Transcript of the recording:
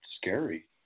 scary